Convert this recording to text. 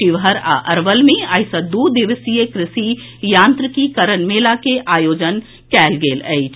शिवहर आ अरवल मे आइ सॅ दू दिवसीय कृषि यांत्रिकीकरण मेला के आयोजन कएल गेल अछि